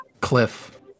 cliff